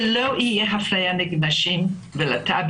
שלא תהיה אפליה נגד נשים ולהט"ב